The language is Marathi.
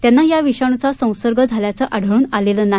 त्यांना या विषाणूचा संसर्ग झाल्याचे आढळून आलेले नाही